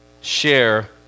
share